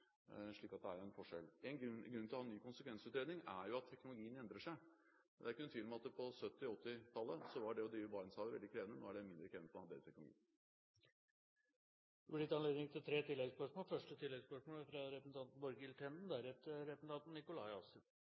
det er en forskjell. En grunn til å ha ny konsekvensutredning er at teknologien endrer seg. Det er ikke noen tvil om at på 1970- og 1980-tallet var det å drive i Barentshavet veldig krevende. Nå er det mindre krevende, for man har bedre teknologi. Det blir gitt anledning til tre oppfølgingsspørsmål – første spørsmål er fra Borghild Tenden.